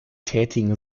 tätigen